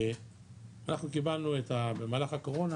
אנחנו קיבלנו במהלך הקורונה,